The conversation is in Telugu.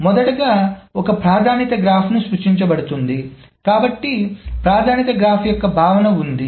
మొదటగా ఒక ప్రాధాన్యత గ్రాఫ్ సృష్టించబడుతుంది కాబట్టి ప్రాధాన్యత గ్రాఫ్ యొక్క భావన ఉంది